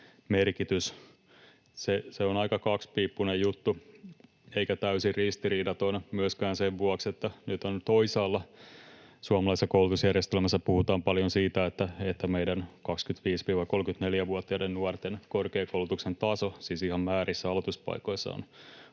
merkitys. Se on aika kaksipiippuinen juttu eikä täysin ristiriidaton myöskään sen vuoksi, että nyt toisaalla suomalaisessa koulutusjärjestelmässä puhutaan paljon siitä, että meidän 25—34-vuotiaiden nuorten korkeakoulutuksen taso — siis ihan määrissä, aloituspaikoissa — on